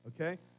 Okay